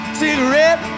cigarette